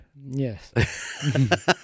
Yes